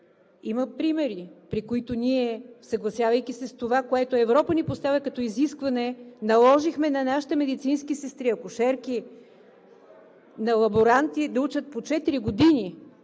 Има примери, при които ние, съгласявайки се с това, което Европа ни поставя като изискване, наложихме на нашите медицински сестри, акушерки, лаборанти да учат по четири